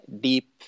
deep